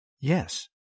Yes